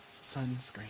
sunscreen